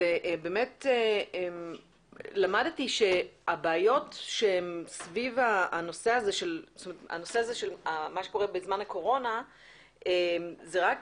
למדתי שהבעיות בנושא הזה בזמן הקורונה זה רק